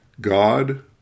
God